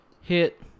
Hit